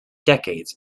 decades